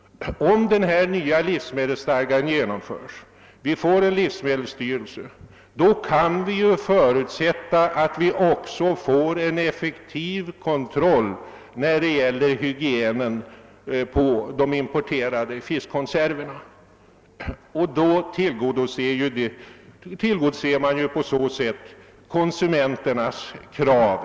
Om den nya livsmedelsstadgan genomförs och vi får en livsmedelsstyrelse, kan vi förutsätta att det också blir en effektiv kontroll av hygienen på de importerade fiskkonserverna, och på så sätt tillgodoses konsumenternas krav.